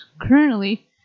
Currently